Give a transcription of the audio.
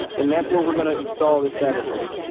and that's where we're gonna install this batter board